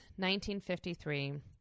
1953